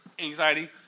anxiety